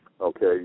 okay